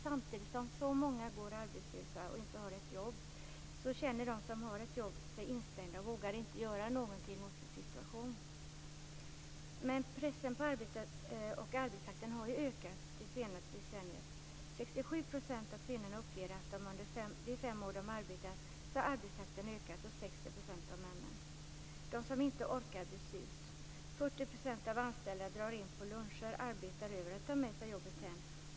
Samtidigt som så många går arbetslösa och utan jobb känner de som har ett jobb sig instängda och vågar inte göra någonting åt sin situation. Pressen på arbetet och arbetstakten har ökat det senaste decenniet. 67 % av kvinnorna och 60 % av männen uppger att arbetstakten har ökat under de senaste fem åren de arbetat. De som inte orkar byts ut. 40 % av de anställda drar in på luncher, arbetar över och tar med sig jobbet hem.